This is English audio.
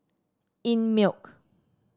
einmilk